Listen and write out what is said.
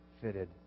fitted